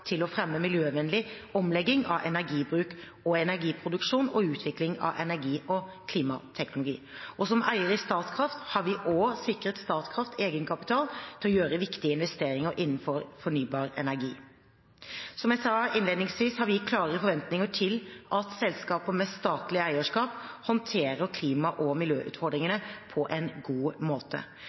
til å fremme miljøvennlig omlegging av energibruk og energiproduksjon og utvikling av energi- og klimateknologi. Som eier i Statkraft har vi også sikret Statkraft egenkapital til å gjøre viktige investeringer innenfor fornybar energi. Som jeg sa innledningsvis, har vi klare forventninger til at selskaper med statlig eierskap håndterer klima- og miljøutfordringene på en god måte.